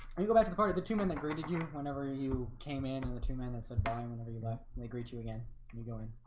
and you go back to the party the two men that graded you whenever you you came in in the two minutes of dying whenever you left and they greet you again and you going?